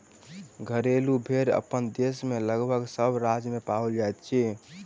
घरेलू भेंड़ अपना देश मे लगभग सभ राज्य मे पाओल जाइत अछि